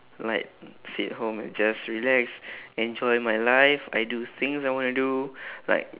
like sit home and just relax enjoy my life I do things I want to do like